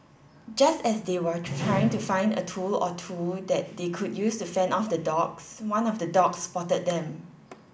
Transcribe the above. just as they were trying to find a tool or two that they could use to fend off the dogs one of the dogs spotted them